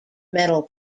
metal